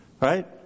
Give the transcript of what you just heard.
Right